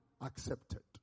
accepted